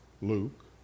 Luke